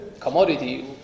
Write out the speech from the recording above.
commodity